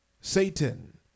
Satan